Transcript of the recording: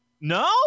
No